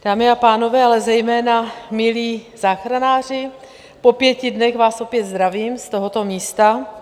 Dámy a pánové, ale zejména milí záchranáři, po pěti dnech vás opět zdravím z tohoto místa.